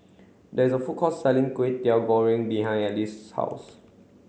there is a food court selling Kway Teow Goreng behind Alice's house